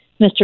Mr